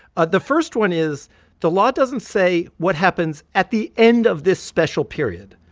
ah the first one is the law doesn't say what happens at the end of this special period.